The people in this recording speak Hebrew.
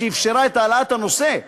מה שאפשר את העלאת הנושא.